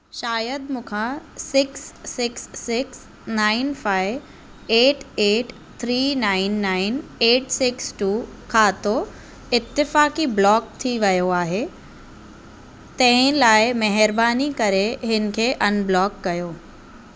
शायदि मूखां six six six nine five eight eight three nine nine eight six two खातो इतफाक़ी block थी वियो आहे तंहिं लाइ महिरबानी करे इन खे अनब्लॉक कयो